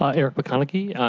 ah eric mcconaughey.